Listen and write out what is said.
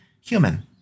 human